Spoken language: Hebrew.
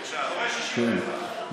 נתקבלה.